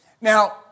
Now